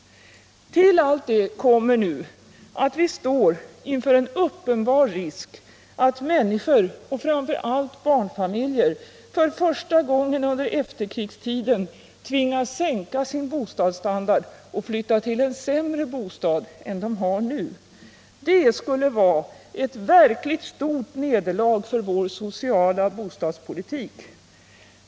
Till allt detta kommer nu att vi står inför en uppenbar risk att många hushåll, framför allt barnfamiljer, för första gången under efterkrigstiden tvingas sänka sin bostadsstandard och flytta till en sämre bostad än de har nu. Det skulle vara ett verkligt stort nederlag för vår sociala bostadspolitik.